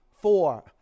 four